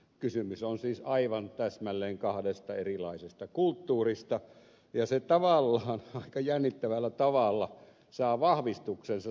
kysymys on siis aivan täsmälleen kahdesta erilaisesta kulttuurista ja se tavallaan aika jännittävällä tavalla saa vahvistuksensa siitäkin mitä ed